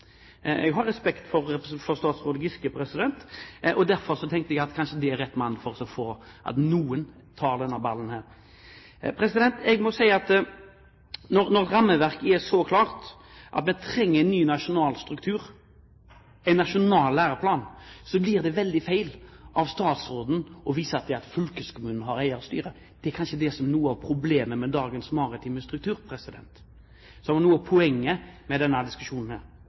Jeg har respekt for statsråd Giske, og derfor tenkte jeg at han kanskje er rett mann til å ta denne ballen. Jeg må si at når rammeverket er så klart og vi trenger en ny nasjonal struktur, en nasjonal læreplan, blir det veldig feil av statsråden å vise til at fylkeskommunen har eierstyring. Det er kanskje det som er noe av problemet med dagens maritime struktur, som er noe av poenget med denne diskusjonen.